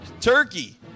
turkey